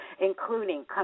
including